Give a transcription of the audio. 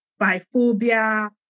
biphobia